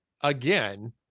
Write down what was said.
again